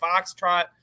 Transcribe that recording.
foxtrot